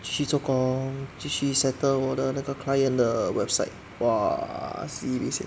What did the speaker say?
去做工继续 settle 我的那个 client 的 website !wah! sibei sian